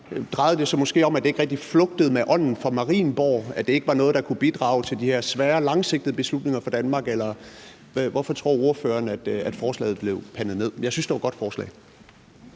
Drejede det sig måske om, at det ikke rigtig flugtede med ånden fra Marienborg, at det ikke var noget, der kunne bidrage til de her svære langsigtede beslutninger for Danmark? Eller hvorfor tror ordføreren at forslaget blev pandet ned? Jeg synes, det var et godt forslag.